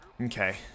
Okay